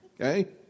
okay